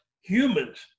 humans